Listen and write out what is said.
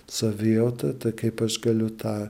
savijautą tai kaip aš galiu tą